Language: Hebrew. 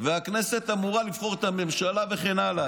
והכנסת אמורה לבחור את הממשלה וכן הלאה.